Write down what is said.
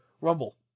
Rumble